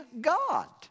God